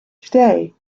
today